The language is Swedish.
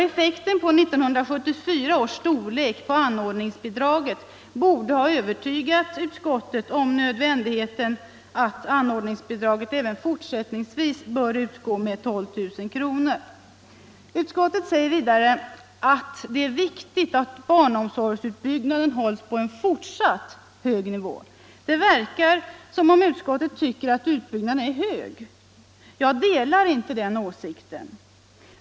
Effekten av 1974 års storlek på anordningsbidraget borde ha övertygat utskottet om nödvändigheten av att anordningsbidraget även fortsättningsvis bör utgå med 12000 kr. Utskottet säger vidare att ”det är viktigt att barnomsorgsutbyggnaden hålls på en fortsatt hög nivå”. Det verkar som om utskottet tycker att utbyggnaden är hög. Jag delar inte den åsikten.